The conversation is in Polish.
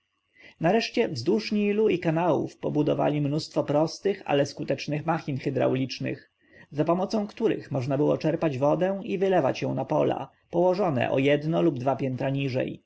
nareszcie wzdłuż nilu i kanałów pobudowali mnóstwo prostych ale skutecznych machin hydraulicznych zapomocą których można było czerpać wodę i wylewać ją na pola położone o jedno lub dwa piętra wyżej